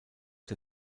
der